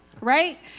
right